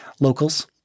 Locals